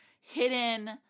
hidden